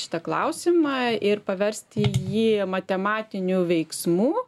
šitą klausimą ir paversti jį matematiniu veiksmu